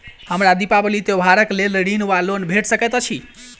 हमरा दिपावली त्योहारक लेल ऋण वा लोन भेट सकैत अछि?